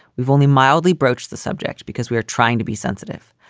we've only mildly broached the subject because we're trying to be sensitive,